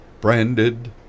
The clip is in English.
Branded